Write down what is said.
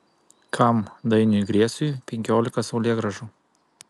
kam dainiui griesiui penkiolika saulėgrąžų